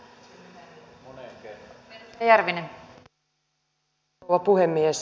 arvoisa rouva puhemies